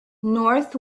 north